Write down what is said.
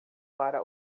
para